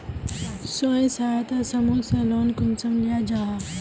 स्वयं सहायता समूह से लोन कुंसम लिया जाहा?